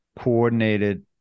coordinated